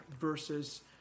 versus